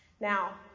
Now